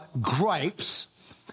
grapes